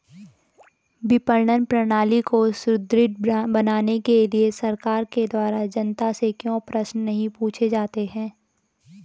विपणन प्रणाली को सुदृढ़ बनाने के लिए सरकार के द्वारा जनता से क्यों प्रश्न नहीं पूछे जाते हैं?